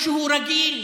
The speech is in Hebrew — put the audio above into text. משהו רגיל,